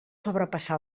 sobrepassar